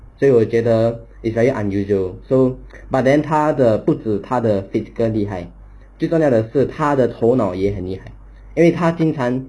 所以我觉得 it's very unusual so but then 他的不只他的 physical 厉害厉害的是他的头脑也很厉害因为他经常